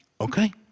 okay